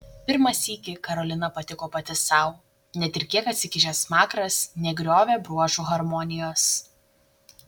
pirmą sykį karolina patiko pati sau net ir kiek atsikišęs smakras negriovė bruožų harmonijos